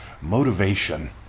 motivation